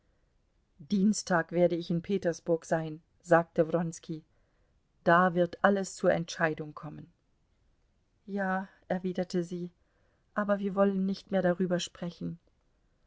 dienstag werde ich in petersburg sein sagte wronski da wird alles zur entscheidung kommen ja erwiderte sie aber wir wollen nicht mehr darüber sprechen